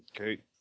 Okay